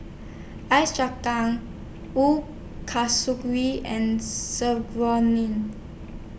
Ice Kasturi and Serunding